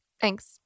thanks